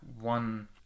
one